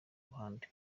ruhande